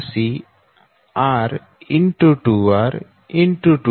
7788 4131